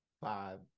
five